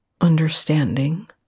understanding